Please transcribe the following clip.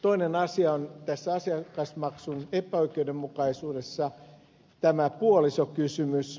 toinen asia tässä asiakasmaksun epäoikeudenmukaisuudessa on tämä puolisokysymys